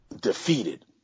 defeated